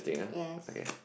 yes